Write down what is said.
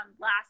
last